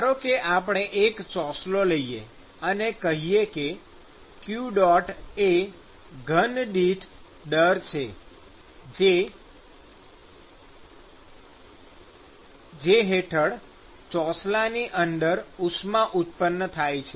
ધારો કે આપણે એક ચોસલો લઈએ અને કહીએ કે q એ ઘનદીઠ દર છે કે જેના હેઠળ ચોસલાની અંદર ઉષ્મા ઉત્પન્ન થાય છે